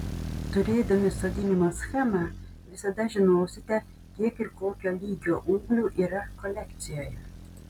turėdami sodinimo schemą visada žinosite kiek ir kokio lygio ūglių yra kolekcijoje